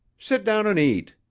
sit down and eat.